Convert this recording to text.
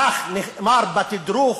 כך נאמר בתדרוך,